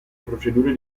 procedure